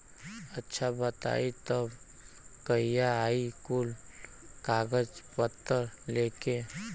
अच्छा बताई तब कहिया आई कुल कागज पतर लेके?